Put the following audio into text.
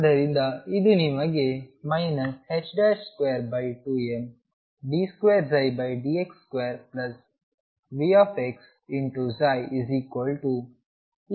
ಆದ್ದರಿಂದ ಇದು ನಿಮಗೆ 22md2dx2VψEψ ನೀಡುತ್ತದೆ